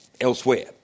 elsewhere